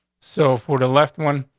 so for the left one,